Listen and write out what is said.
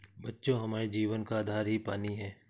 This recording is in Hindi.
बच्चों हमारे जीवन का आधार ही पानी हैं